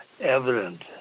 evident